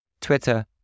Twitter